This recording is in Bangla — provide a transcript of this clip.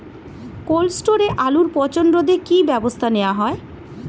কোল্ড স্টোরে আলুর পচন রোধে কি ব্যবস্থা নেওয়া হয়?